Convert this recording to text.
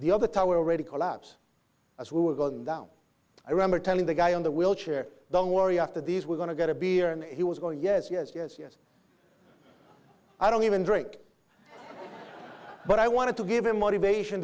the other tower already collapsed as we were going down i remember telling the guy in the wheelchair don't worry after these we're going to get a beer and he was going yes yes yes yes i don't even drink but i wanted to give him motivation